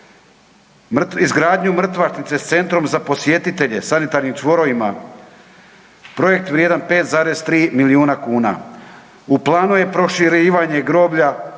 izgradnju mrtvačnice sa centrom za posjetitelje, sanitarnim čvorovima. Projekt vrijedan 5,3 milijuna kuna. U planu je proširivanje groblja